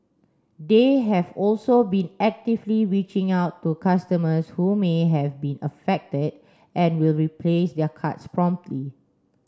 they have also been actively reaching out to customers who may have been affected and will replace their cards promptly